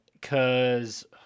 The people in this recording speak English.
cause